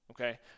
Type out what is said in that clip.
okay